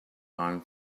arm